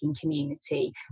community